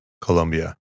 Colombia